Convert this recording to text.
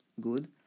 good